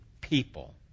people